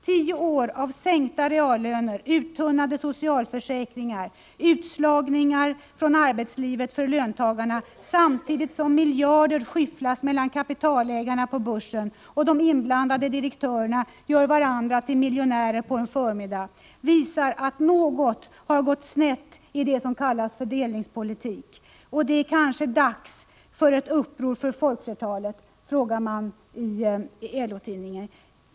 Tio år av sänkta reallöner, uttunnade socialförsäkringar, utslagningar från arbetslivet för löntagarna samtidigt som miljarder skyfflas mellan kapitalägarna på börsen och de inblandade direktörerna gör varandra till miljonärer på en förmiddag visar att något har gått snett i det som kallas fördelningspolitik, och det är kanske dags för ett uppror för folkflertalet. Så säger man i LO-tidningen.